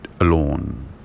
alone